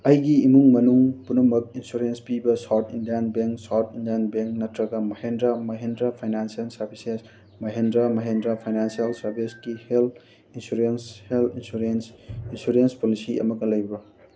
ꯑꯩꯒꯤ ꯏꯃꯨꯡ ꯃꯅꯨꯡ ꯄꯨꯝꯅꯃꯛ ꯏꯟꯁꯨꯔꯦꯟꯁ ꯄꯤꯕ South Indian Bank South Indian Bank ꯅꯠꯇ꯭ꯔꯒ Mahindra Mahindra finance services Mahindra Mahindra finance ꯁꯥꯔꯕꯤꯁꯀꯤ health insurance health insurance insurance policy ꯑꯃꯒ ꯂꯩꯕ꯭ꯔꯥ